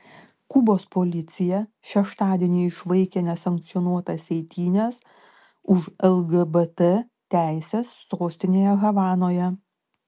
kubos policija šeštadienį išvaikė nesankcionuotas eitynes už lgbt teises sostinėje havanoje